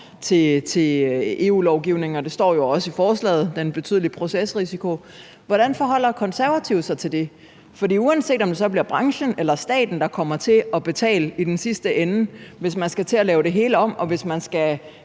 til EU-lovgivningen – og det står jo også i forslaget – med den betydelige procesrisiko. Hvordan forholder De Konservative sig til det? For uanset om det så bliver branchen eller staten, der kommer til at betale i den sidste ende, hvis man skal til at lave det hele om og man skal